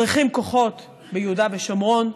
צריכים כוחות ביהודה ושומרון,